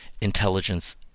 intelligence